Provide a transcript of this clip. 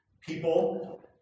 people